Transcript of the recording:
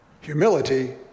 Humility